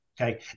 okay